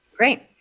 Great